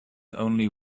only